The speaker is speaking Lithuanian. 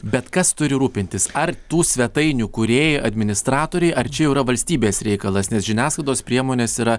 bet kas turi rūpintis ar tų svetainių kūrėjai administratoriai ar čia jau yra valstybės reikalas nes žiniasklaidos priemonės yra